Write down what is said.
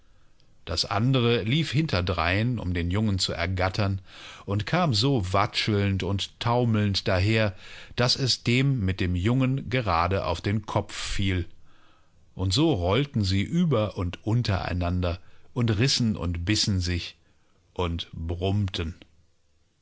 das andere lief hinterdrein um den jungen zu ergattern und kam so watschelnd und taumelnd daher daß es dem mit dem jungen gerade auf den kopf fiel undsorolltensieüber unduntereinanderundrissensichundbissensichund brummten währenddessen entkam der junge lief an die felswand und begann